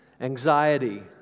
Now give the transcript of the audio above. anxiety